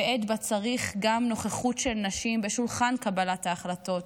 בעת שבה צריך גם נוכחות של נשים בשולחן קבלת ההחלטות,